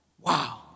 wow